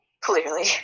Clearly